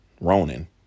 Ronan